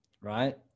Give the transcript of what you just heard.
right